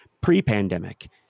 pre-pandemic